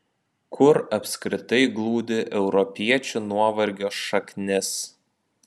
kur apskritai glūdi europiečių nuovargio šaknis